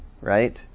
right